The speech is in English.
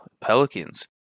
Pelicans